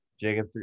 Jacob